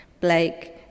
Blake